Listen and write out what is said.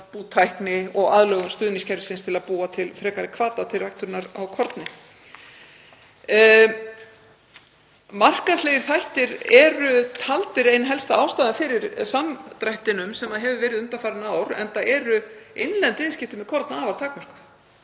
og aðlögun stuðningskerfisins til að búa til frekari hvata til ræktunar á korni. Markaðslegir þættir eru taldir ein helsta ástæðan fyrir samdrættinum sem hefur verið undanfarin ár, enda eru innlend viðskipti með korn afar takmörkuð.